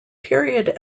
period